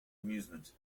amusement